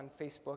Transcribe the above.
Facebook